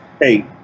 hey